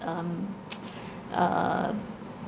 um uh